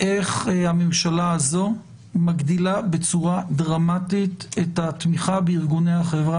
איך הממשלה הזאת מגדילה בצורה דרמטית את התמיכה בארגוני החברה